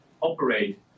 operate